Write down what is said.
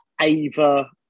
Ava